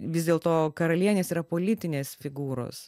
vis dėlto karalienės yra politinės figūros